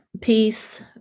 peace